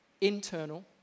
internal